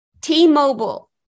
T-Mobile